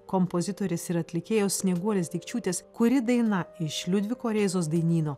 kompozitorės ir atlikėjos snieguolės dikčiūtės kuri daina iš liudviko rėzos dainyno